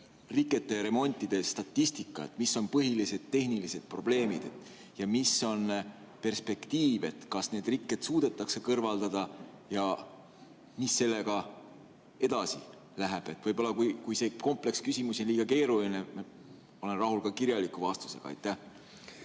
rikete ja remontide statistika. Mis on põhilised tehnilised probleemid ja mis on perspektiiv? Kas need rikked suudetakse kõrvaldada ja mis sellest edasi saab? Kui see kompleks küsimusi on liiga keeruline, siis ma olen rahul ka kirjaliku vastusega. Austatud